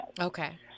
Okay